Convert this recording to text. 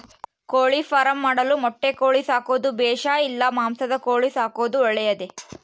ಕೋಳಿಫಾರ್ಮ್ ಮಾಡಲು ಮೊಟ್ಟೆ ಕೋಳಿ ಸಾಕೋದು ಬೇಷಾ ಇಲ್ಲ ಮಾಂಸದ ಕೋಳಿ ಸಾಕೋದು ಒಳ್ಳೆಯದೇ?